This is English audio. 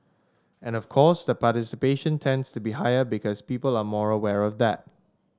and of course the participation tends to be higher because people are more aware of that